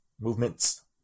movements